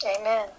Amen